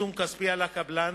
עיצום כספי על הקבלן,